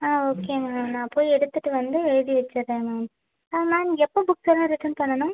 ஆ okay ma'am நான் போய் எடுத்துகிட்டு வந்து எழுதி வச்சுடுறேன் மேம் மேம் எப்போ புக்ஸெல்லாம் ரிட்டன் பண்ணணும்